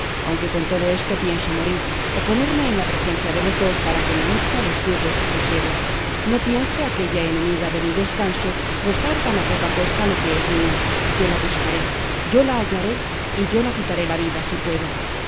aunque con todo esto pienso morir o ponerme en la presencia de los dos para que mi vista les turbe su sosiego no piense aquella enemiga de mi descanso gozar tan a poca costa lo que es mío yo la buscaré yo la hallaré y yo la quitaré la vida si puedo